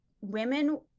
women